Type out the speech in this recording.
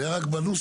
זה רק בנוסח.